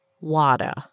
Water